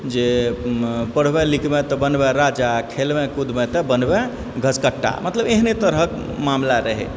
जे पढ़बए लिखबए तऽ बनबए राजा खेलबए कूदबए तऽ बनबए घसकट्टा मतलब एहिने तरहक मामला रहय